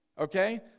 Okay